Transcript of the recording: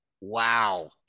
wow